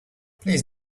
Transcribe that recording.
please